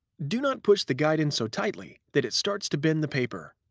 do not push the guide in so tightly that it starts to bend the paper.